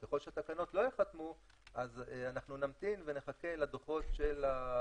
אבל ככל שהתקנות לא ייחתמו אז אנחנו נמתין ונחכה לדוחות של התאגידים,